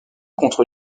contre